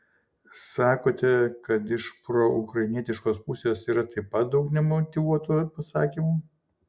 sakote kad iš proukrainietiškos pusės yra taip pat daug nemotyvuotų pasakymų